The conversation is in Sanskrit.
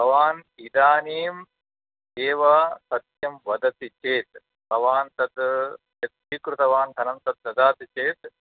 भवान् इदानीम् एव सत्यं वदति चेत् भवान् तत् यत् स्वीकृतवान् धनं तत् ददाति चेत्